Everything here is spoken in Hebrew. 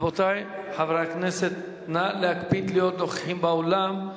רבותי חברי הכנסת, נא להקפיד להיות נוכחים באולם,